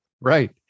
right